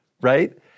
right